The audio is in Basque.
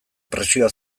presioa